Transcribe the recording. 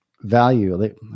value